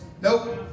Nope